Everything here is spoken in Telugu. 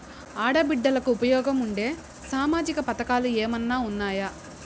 ఆడ బిడ్డలకు ఉపయోగం ఉండే సామాజిక పథకాలు ఏమైనా ఉన్నాయా?